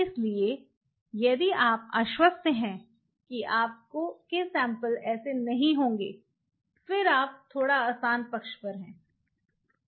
इसलिए यदि आप आश्वस्त हैं कि आपके सैंपल ऐसे नहीं होंगे फिर आप थोड़ा आसान पक्ष पर हैं